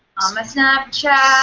um ah snapchat.